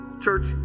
Church